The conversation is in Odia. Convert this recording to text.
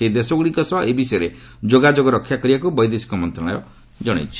ସେହି ଦେଶଗୁଡ଼ିକ ସହ ଏ ବିଷୟରେ ଯୋଗାଯୋଗ ରକ୍ଷା କରାଯିବାକୁ ବୈଦେଶିକ ମନ୍ତ୍ରଣାଳୟ ଜଣାଇଛି